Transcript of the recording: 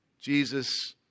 Jesus